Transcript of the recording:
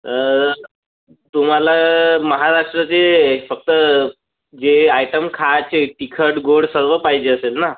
तर तुम्हाला महाराष्ट्राचे हे फक्त जे आयटम खायचे तिखट गोड सर्व पाहिजे असेल ना